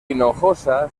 hinojosa